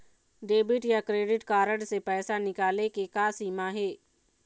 Debit या credit card से पैसा निकाले के का सीमा हे?